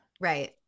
Right